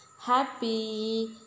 Happy